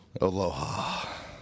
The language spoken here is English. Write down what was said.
Aloha